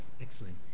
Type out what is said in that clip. Excellent